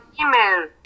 email